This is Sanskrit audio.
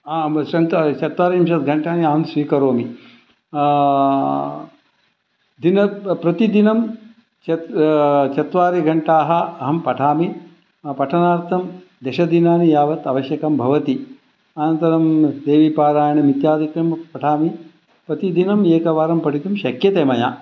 आम् चत्वारिंशत् घण्टानि अहं स्वीकरोमि प्रतिदिनं चत्वारि घण्टाः अहं पठामि पठनार्थं दश दिनानि यावत् आवश्यकं भवति अनन्तरं देवी पारायणम् इत्यादिकं पठामि प्रतिदिनम् एकवारं पठितुं शक्यते मया